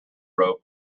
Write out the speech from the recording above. rope